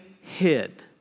hid